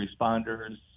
responders